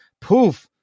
poof